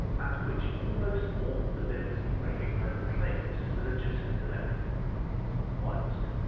at which almost all the nobility recognized the claimant as the legitimate elector whilst,